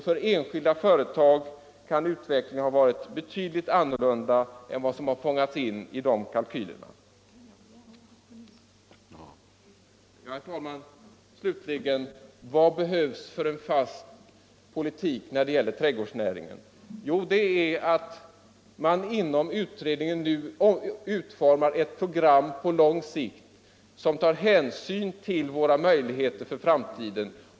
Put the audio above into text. För enskilda företag kan utvecklingen ha varit betydligt annorlunda än som fångats in i dessa kalkyler. Slutligen, herr talman: Vilken fast politik behövs när det gäller trädgårdsnäringen? Jo, att man inom utredningen nu utformar ett program på lång sikt, som tar hänsyn till våra möjligheter för framtiden.